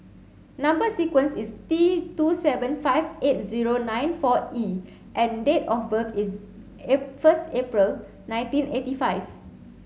number sequence is T two seven five eight zero nine four E and date of birth is first April nineteen eighty five